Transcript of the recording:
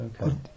Okay